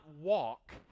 walk